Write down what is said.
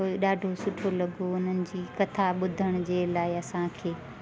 वरी पोइ ॾाढो सुठो लॻो हुननि जी कथा ॿुधण जे लाइ असांखे